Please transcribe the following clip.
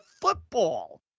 football